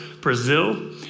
Brazil